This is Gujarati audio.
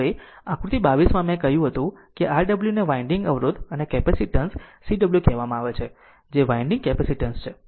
તેથી આકૃતિ 22 માં કે મેં કહ્યું હતું કે Rw ને વાઈન્ડિંગ અવરોધ અને કેપેસિટન્સ cw કહેવામાં આવે છે જેને વાઈન્ડિંગ કેપેસિટન્સ કહેવામાં આવે છે